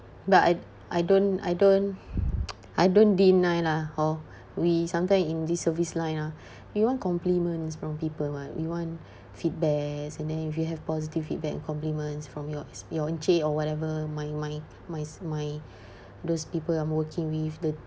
but I I don't I don't I don't deny lah hor we sometime in this service line ah we want compliments from people [what] we want feedbacks and then if you have positive feedback and compliments from your your encik or whatever my my my my those people I'm working with the